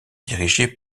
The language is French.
dirigée